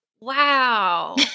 Wow